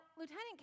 Lieutenant